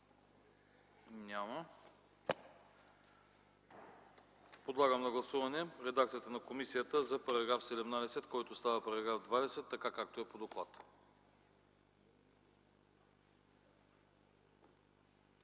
Няма. Подлагам на гласуване редакцията на комисията за § 17, който става § 20, така както е по доклада.